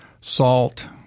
salt